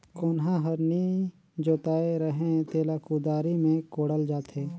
कोनहा हर नी जोताए रहें तेला कुदारी मे कोड़ल जाथे